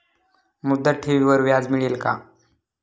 मुदत ठेवीवर व्याज मिळेल का?